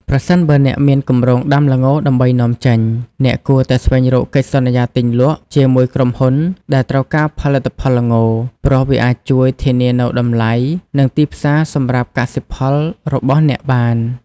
ប្រសិនបើអ្នកមានគម្រោងដាំល្ងដើម្បីនាំចេញ អ្នកគួរតែស្វែងរកកិច្ចសន្យាទិញលក់ ជាមួយក្រុមហ៊ុនដែលត្រូវការផលិតផលល្ង ព្រោះវាអាចជួយធានានូវតម្លៃ និងទីផ្សារសម្រាប់កសិផលរបស់អ្នកបាន។